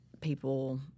people